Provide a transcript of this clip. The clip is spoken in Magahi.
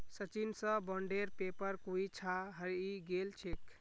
सचिन स बॉन्डेर पेपर कोई छा हरई गेल छेक